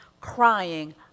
crying